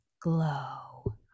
glow